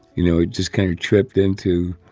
you know, it just kind of tripped into